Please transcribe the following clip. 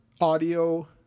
audio